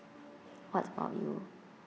what about you